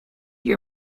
your